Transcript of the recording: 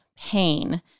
pain